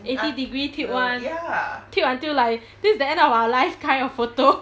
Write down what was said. eighty degree tilt [one] tilt until like this is the end of our life kind of photo